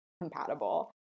compatible